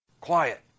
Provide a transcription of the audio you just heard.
Quiet